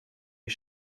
est